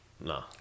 no